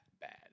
bad